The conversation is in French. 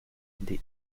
des